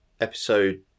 episode